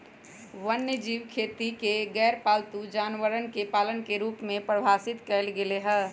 वन्यजीव खेती के गैरपालतू जानवरवन के पालन के रूप में परिभाषित कइल गैले है